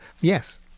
yes